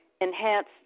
enhance